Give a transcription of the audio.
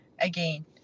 again